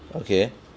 okay